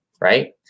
Right